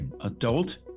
adult